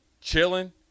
chilling